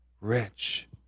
rich